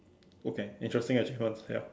okay interesting achievements ya